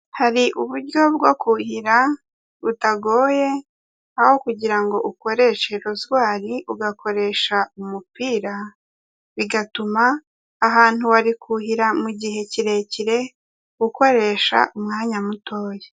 Hari uburyo bwo kuhira butagoye aho kugira ngo ukoreshe rozwari ugakoresha umupira, bigatuma ahantu wari kuhira mu gihe kirekire ukoresha umwanya mutoya.